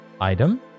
item